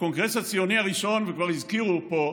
בקונגרס הציוני הראשון, וכבר הזכירו פה,